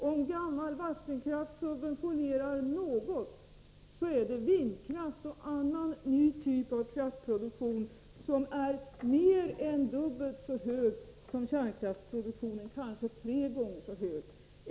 Om gammal vattenkraft subventionerar något, så är det vindkraft och annan ny typ av kraftproduktion, där kostnaden är mer än dubbelt så hög som för kärnkraftsproduktionen, kanske tre gånger så hög.